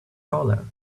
color